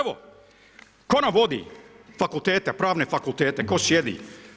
Evo tko nam vodi fakultete, pravne fakultete tko sjedi?